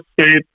state